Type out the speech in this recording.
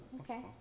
Okay